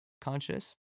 conscious